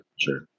sure